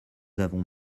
avons